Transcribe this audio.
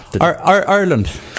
Ireland